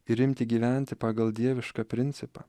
ir imti gyventi pagal dievišką principą